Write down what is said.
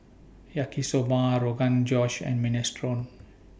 Yaki Soba Rogan Josh and Minestrone